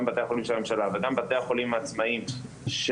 גם בתי החולים של הממשלה וגם בתי החולים העצמאיים שאני